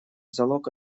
залог